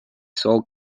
sole